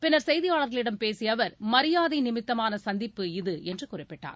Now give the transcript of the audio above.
பின்னர் செய்தியாளர்களிடம் பேசிய அவர் மரியாதை நிமித்தமாக சந்திப்பு இது என்று குறிப்பிட்டார்